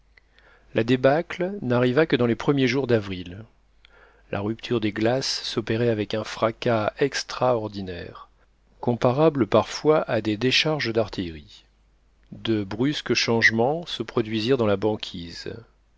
la débâcle n'arriva que dans les premiers jours d'avril la rupture des glaces s'opérait avec un fracas extraordinaire comparable parfois à des décharges d'artillerie de brusques changements se produisirent dans la banquise